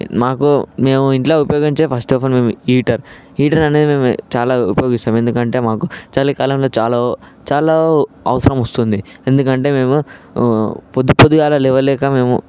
మాకు మేము ఇంట్లో ఉపయోగించే ఫస్ట్ ఆఫ్ ఆల్ మేము హీటర్ హీటర్ అనేది మేము చాలా ఉపయోగిస్తాం ఎందుకంటే మాకు చలికాలంలో చాలా చాలా అవసరమొస్తుంది ఎందుకంటే మేము పొద్దు పొద్దుగాలే లేవలేక మేము